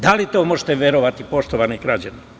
Da li to možete verovati, poštovani građani?